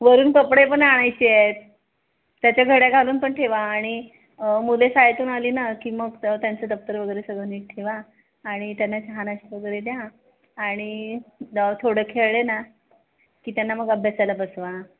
वरून कपडे पण आणायचे आहेत त्याच्या घड्या घालून पण ठेवा आणि मुले शाळेतून आली ना की मग त्यांचं दप्तर वगैरे सगळं निट ठेवा आणि त्यांना चहा नाश्ता वगैरे द्या आणि द थोडं खेळले ना की त्यांना मग अभ्यासाला बसवा